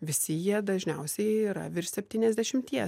visi jie dažniausiai yra virš septyniasdešimtie